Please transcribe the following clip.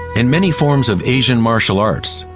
in many forms of asian martial arts,